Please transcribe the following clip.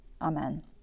amen